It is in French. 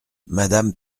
madame